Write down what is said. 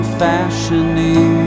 fashioning